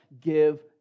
give